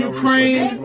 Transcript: Ukraine